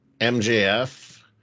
MJF